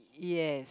yes